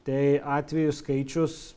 tai atvejų skaičius